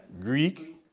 Greek